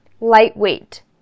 lightweight